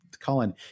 colin